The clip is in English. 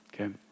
Okay